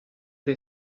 dei